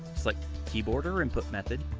select keyboard or input method,